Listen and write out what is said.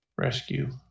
Rescue